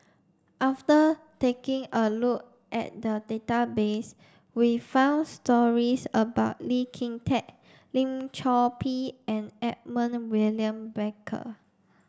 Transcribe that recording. after taking a look at the database we found stories about Lee Kin Tat Lim Chor Pee and Edmund William Barker